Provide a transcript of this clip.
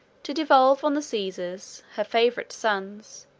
to devolve on the caesars, her favorite sons,